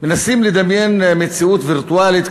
מנסים לדמיין מציאות וירטואלית,